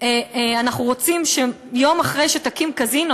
אנחנו רוצים שיום אחרי שתקים קזינו,